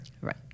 Right